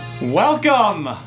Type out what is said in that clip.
Welcome